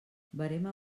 verema